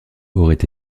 aurait